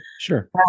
Sure